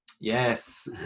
Yes